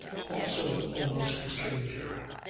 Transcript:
also almost a stranger.